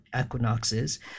equinoxes